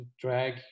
drag